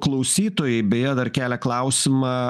klausytojai beje dar kelia klausimą